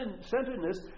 centeredness